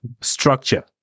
structure